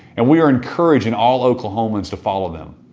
and we are encouraging all oklahomans to follow them.